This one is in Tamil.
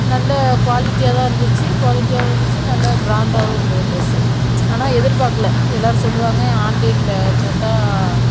நல்ல குவாலிட்டியாகதான் இருந்துச்சு குவாலிட்டியாகவும் இருந்துச்சு நல்ல க்ராண்டாகவும் இருந்தது ட்ரெஸ்ஸு ஆனால் எதிர்பார்க்கல எல்லாரும் சொல்லுவாங்கள் ஆன்லைன்ல போட்டால்